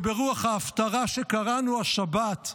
וברוח ההפטרה שקראנו השבת,